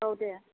औ दे